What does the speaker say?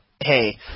hey